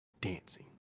dancing